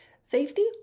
Safety